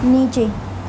نیچے